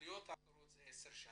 עליות אחרות זה עשר שנים,